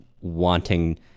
wanting